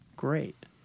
Great